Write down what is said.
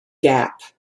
gap